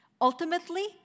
Ultimately